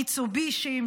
מיצ'ובישים,